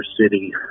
city